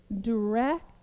direct